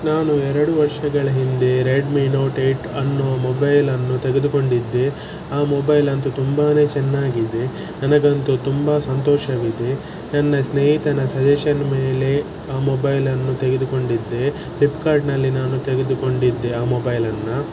ನಾನು ಎರಡು ವರ್ಷಗಳ ಹಿಂದೆ ರೆಡ್ಮಿ ನೋಟ್ ಏಯ್ಟ್ ಅನ್ನೋ ಮೊಬೈಲನ್ನು ತೆಗೆದುಕೊಂಡಿದ್ದೆ ಆ ಮೊಬೈಲಂತೂ ತುಂಬ ಚೆನ್ನಾಗಿದೆ ನನಗಂತೂ ತುಂಬ ಸಂತೋಷವಿದೆ ನನ್ನ ಸ್ನೇಹಿತನ ಸಜೆಷನ್ ಮೇಲೆ ಆ ಮೊಬೈಲನ್ನು ತೆಗೆದುಕೊಂಡಿದ್ದೆ ಫ್ಲಿಪ್ಕಾರ್ಟ್ನಲ್ಲಿ ನಾನು ತೆಗೆದುಕೊಂಡಿದ್ದೆ ಆ ಮೊಬೈಲನ್ನು